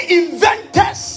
inventors